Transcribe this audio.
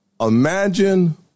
imagine